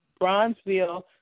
Bronzeville